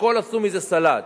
הכול, עשו מזה סלט.